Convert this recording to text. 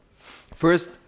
First